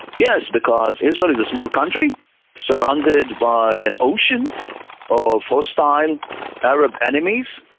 yes, because israel is a small country surrounded by an ocean of hostile arab enemies.